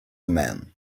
man